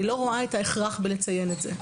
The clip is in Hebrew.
ולכן אני לא רואה את ההכרח לציין את זה.